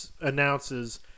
announces